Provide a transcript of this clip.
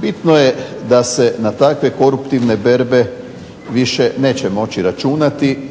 Bitno je da se na takve koruptivne berbe više neće moći računati